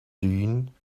dune